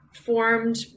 formed